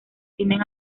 tienen